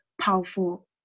powerful